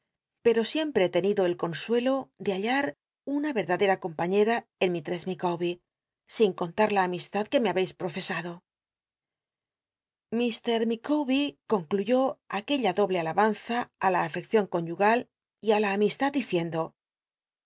pero siempre he tenido el consuelo de hallar una verdadera compañera en mistress micawbcr sin contar la amistad que me habcis profesado ifr micawber concl uyó aquella doble alabanza í la afcccion conyugal y t la amistad diciendo